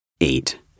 eight